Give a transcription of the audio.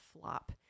flop